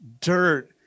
dirt